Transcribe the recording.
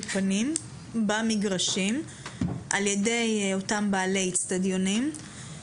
פנים במגרשים על ידי אותם בעלי אצטדיונים,